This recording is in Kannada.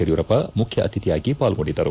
ಯಡಿಯೂರಪ್ಪ ಮುಖ್ಯ ಅತಿಥಿಯಾಗಿ ಪಾಲ್ಗೊಂಡಿದ್ದರು